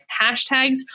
hashtags